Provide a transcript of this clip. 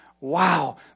Wow